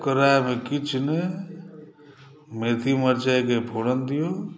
ओकरामे किछु नहि मेथी मरचाइक फ़ोरन दियौ